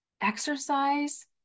Exercise